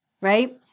right